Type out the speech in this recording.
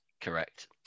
Correct